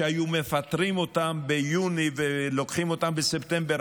שהיו מפטרים אותן ביוני ולוקחים אותן בספטמבר,